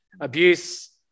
abuse